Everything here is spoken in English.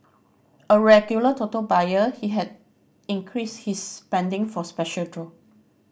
a regular Toto buyer he had increased his spending for special draw